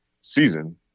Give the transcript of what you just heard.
season